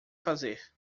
fazer